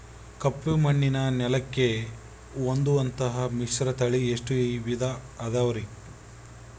ಕಪ್ಪುಮಣ್ಣಿನ ನೆಲಕ್ಕೆ ಹೊಂದುವಂಥ ಮಿಶ್ರತಳಿ ಎಷ್ಟು ವಿಧ ಅದವರಿ?